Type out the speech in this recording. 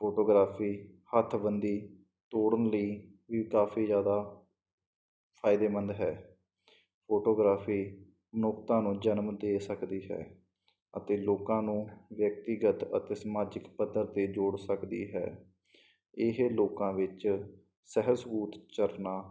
photography ਹੱਥਬੰਦੀ ਤੋੜਨ ਲਈ ਵੀ ਕਾਫ਼ੀ ਜ਼ਿਆਦਾ ਫਾਇਦੇਮੰਦ ਹੈ ਫੋਟੋਗ੍ਰਾਫੀ ਮਨੁੱਖਤਾ ਨੂੰ ਜਨਮ ਦੇ ਸਕਦੀ ਹੈ ਅਤੇ ਲੋਕਾਂ ਨੂੰ ਵਿਅਕਤੀਗਤ ਅਤੇ ਸਮਾਜਿਕ ਪੱਧਰ 'ਤੇ ਜੋੜ ਸਕਦੀ ਹੈ ਇਹ ਲੋਕਾਂ ਵਿੱਚ ਸਹਿ ਸਹੂਤ ਚਰਨਾਂ